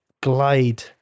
glide